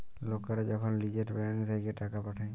লকরা যখল লিজের ব্যাংক থ্যাইকে টাকা পাঠায়